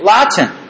Latin